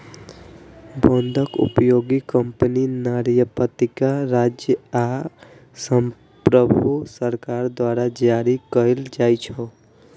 बांडक उपयोग कंपनी, नगरपालिका, राज्य आ संप्रभु सरकार द्वारा जारी कैल जाइ छै